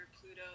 Pluto